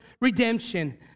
redemption